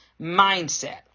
mindset